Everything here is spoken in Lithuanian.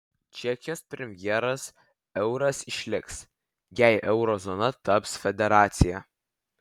čekijos premjeras euras išliks jei euro zona taps federacija